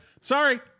Sorry